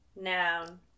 Noun